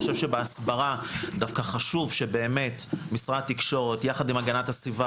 אני חושב שבהסברה דווקא חשוב שבאמת משרד התקשורת יחד עם הגנת הסביבה